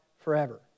forever